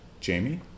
Jamie